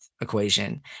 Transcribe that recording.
equation